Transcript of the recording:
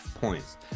points